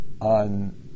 on